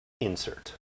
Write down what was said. insert